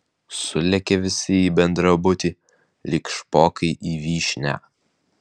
sulėkė visi į bendrabutį lyg špokai į vyšnią